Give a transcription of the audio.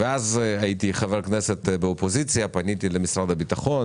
כשהייתי חבר כנסת באופוזיציה פניתי למשרד ביטחון,